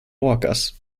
walkers